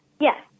Yes